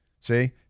see